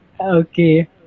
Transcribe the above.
okay